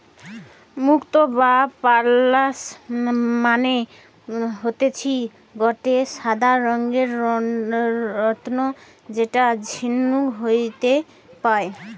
মুক্তো বা পার্লস মানে হতিছে গটে সাদা রঙের রত্ন যেটা ঝিনুক হইতে পায়